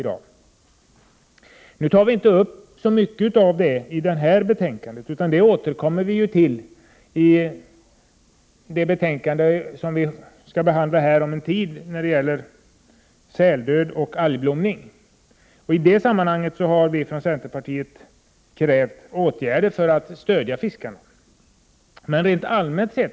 Vi tar inte upp så mycket om det i detta betänkande. Dessa frågor återkommer vi till i det betänkande som skall behandlas här om en tid, vilket gäller säldöd och algblomning. I detta sammanhang har vi från centerpartiet krävt åtgärder för att stödja fiskarna.